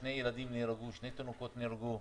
שני תינוקות נהרגו,